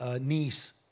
niece